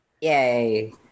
Yay